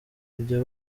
kujya